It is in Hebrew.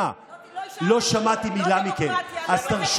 אתם הורסים